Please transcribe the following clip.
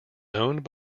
owned